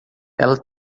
ela